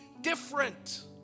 different